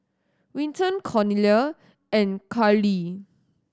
Winton Cornelia and Carli